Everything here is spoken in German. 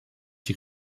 die